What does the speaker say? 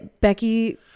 becky